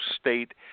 State